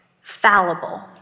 fallible